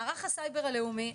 מערך הסייבר הלאומי,